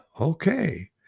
okay